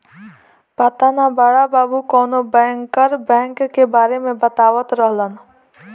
पाता ना बड़ा बाबु कवनो बैंकर बैंक के बारे में बतावत रहलन